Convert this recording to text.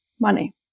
money